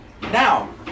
Now